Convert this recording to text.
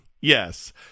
Yes